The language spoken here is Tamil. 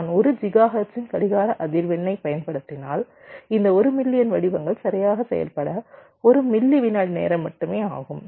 நான் 1 ஜிகாஹெர்ட்ஸின் கடிகார அதிர்வெண்ணைப் பயன்படுத்தினால் இந்த 1 மில்லியன் வடிவங்கள் சரியாக செயல்பட 1 மில்லி விநாடி நேரம் மட்டுமே ஆகும்